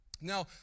Now